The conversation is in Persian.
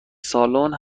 سالن